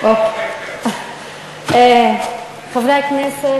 חברי הכנסת,